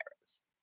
virus